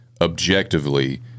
objectively